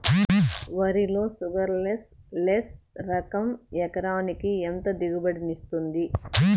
వరి లో sugarless less రకం ఎకరాకి ఎంత దిగుబడినిస్తుంది